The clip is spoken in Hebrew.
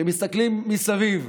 שמסתכלים מסביב,